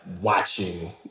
watching